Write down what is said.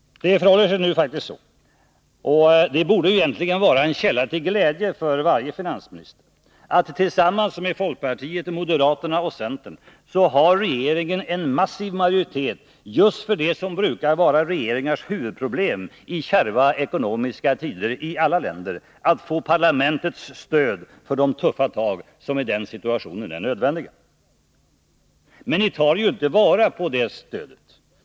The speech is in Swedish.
Det förhåller sig faktiskt så, och det borde vara en källa till glädje för varje finansminister, att tillsammans med folkpartiet, moderaterna och centern har regeringen en massiv majoritet för just det som brukar vara regeringars huvudproblem i kärva ekonomiska tider i alla länder: att få parlamentets stöd för de tuffa tag somi den situationen är nödvändiga. Men ni tar ju inte vara på det stödet.